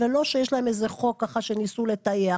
ולא שיש להם איזה חוק שניסו לטייח.